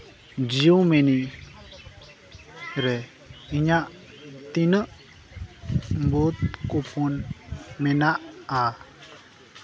ᱡᱤᱭᱳ ᱢᱟᱹᱱᱤ ᱨᱮ ᱤᱧᱟᱹᱜ ᱛᱤᱱᱟᱹᱜ ᱵᱩᱛᱷ ᱠᱩᱯᱷᱚᱱ ᱢᱮᱱᱟᱜᱼᱟ